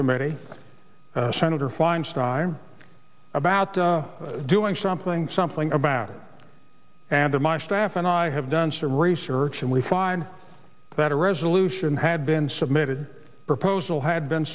committee senator feinstein about doing something something about it and to my staff and i have done some research and we find that a resolution had been submitted a proposal had been